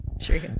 true